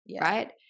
right